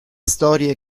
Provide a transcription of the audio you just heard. storie